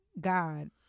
God